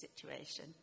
situation